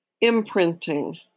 imprinting